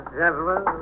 gentlemen